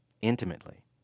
intimately